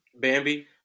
Bambi